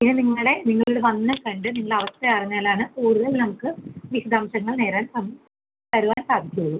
പിന്നെ നിങ്ങളുടെ നിങ്ങൾ വന്ന് കണ്ട് നിങ്ങളുടെ അവസ്ഥ അറിഞ്ഞാലാണ് കൂടുതൽ നമുക്ക് വിശദാംശങ്ങൾ നേരാൻ തരുവാൻ സാധിക്കുളളൂ